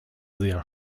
sehr